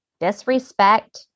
disrespect